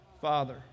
Father